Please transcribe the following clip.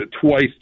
twice